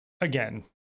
again